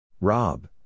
Rob